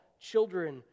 children